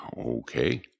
Okay